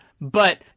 But-